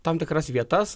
tam tikras vietas